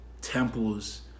temples